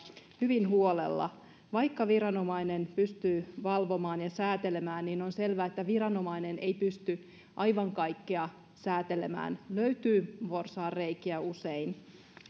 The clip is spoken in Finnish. hyvin huolella vaikka viranomainen pystyy valvomaan ja säätelemään niin on selvä että viranomainen ei pysty aivan kaikkea säätelemään usein löytyy porsaanreikiä ja